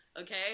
okay